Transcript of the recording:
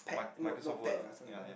mic Microsoft Word or ya ya